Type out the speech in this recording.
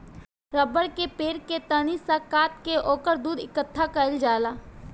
रबड़ के पेड़ के तनी सा काट के ओकर दूध इकट्ठा कइल जाला